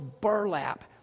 burlap